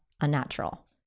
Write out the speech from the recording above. unnatural